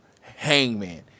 Hangman